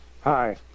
Hi